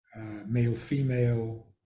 male-female